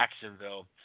Jacksonville